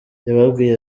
yababwiye